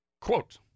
quote